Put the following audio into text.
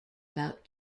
about